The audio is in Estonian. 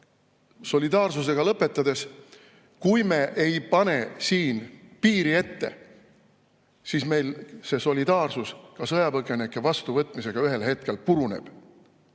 Solidaarsusega lõpetades: kui me ei pane siin piiri ette, siis meil see solidaarsus sõjapõgenike vastuvõtmisega ühel hetkel puruneb.